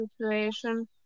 situation